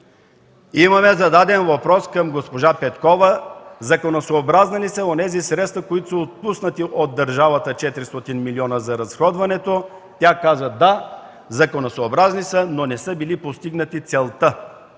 Имаме зададен въпрос към госпожа Петкова: „Законосъобразни ли са онези средства, които са отпуснати от държавата – 400 милиона за разходването?” Тя каза: „Да, законосъобразни са, но не са постигнали целта.”